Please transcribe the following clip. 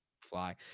fly